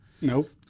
Nope